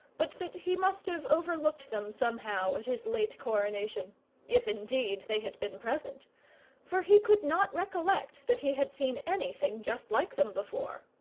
but that he must have overlooked them somehow at his late coronation if indeed they had been present for he could not recollect that he had seen anything just like them before.